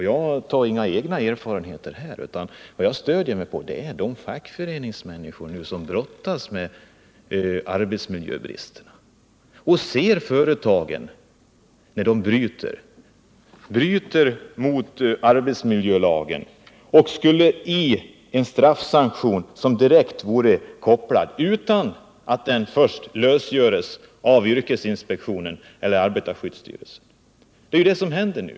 Jag åberopar inga egna erfarenheter här utan jag stöder mig på uppgifter från fackföreningsmänniskor som brottas med arbetsmiljöbristerna, som ser företagen bryta mot arbetsmiljölagen och som skulle vilja se en direkt straffsanktion — utan att den först lösgöres av yrkesinspektionen eller arbetarskyddsstyrelsen. Det är det som händer nu.